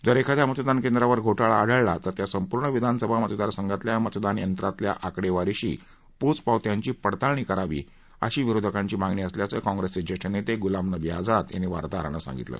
जर एखाद्या मतदानकेंद्रावर घोटाळा आढळला तर त्या संपूर्ण विधानसभा मतदार संघातल्या मतदान यंत्रातल्या आकडेवारीशी पोचपावत्यांची पडताळणी करावी अशी विरोधकांची मागणी असल्याचं काँग्रेसचे ज्येष्ठ नेते गुलाम नबी आझाद यांनी वार्ताहरांना सांगितलं